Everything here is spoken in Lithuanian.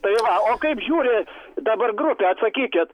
tai va o kaip žiūrit dabar grupė atsakykit